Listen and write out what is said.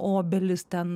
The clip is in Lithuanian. obelis ten